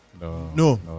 No